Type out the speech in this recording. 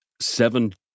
seven